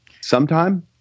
Sometime